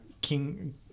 king